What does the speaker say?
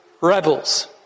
rebels